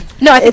No